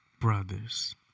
brothers